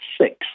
six